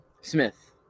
Smith